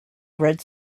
red